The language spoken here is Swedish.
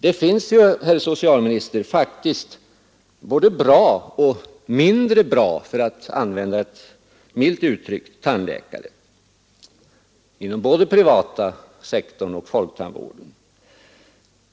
Det finns ju, herr socialminister, faktiskt både bra och — för att använda ett milt uttryck — mindre bra tandläkare inom både den privata sektorn och folktandvården.